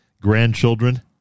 grandchildren